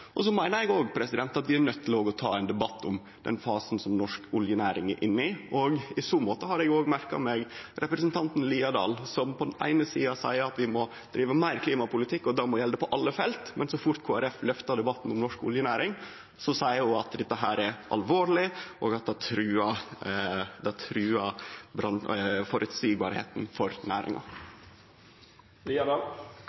retning. Så meiner eg òg at vi er nøydde til å ta ein debatt om den fasen som norsk oljenæring er inne i, og i så måte har eg merka meg representanten Haukeland Liadal, som på den eine sida seier at vi må drive meir klimapolitikk, og at det må gjelde på alle felt, men så fort Kristeleg Folkeparti løfter debatten om norsk oljenæring, seier ho at det er alvorleg, og at det trugar det føreseielege for næringa.